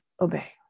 obey